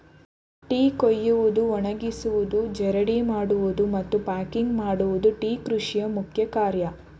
tea ಕುಯ್ಯುವುದು, ಒಣಗಿಸುವುದು, ಜರಡಿ ಹಿಡಿಯುವುದು, ಮತ್ತು ಪ್ಯಾಕಿಂಗ್ ಮಾಡುವುದು ಟೀ ಕೃಷಿಯ ಮುಖ್ಯ ಕಾರ್ಯ